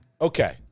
Okay